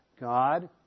God